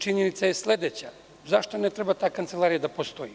Činjenica je sledeća - zašto ne treba ta kancelarija da postoji?